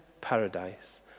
paradise